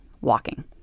walking